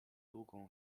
długą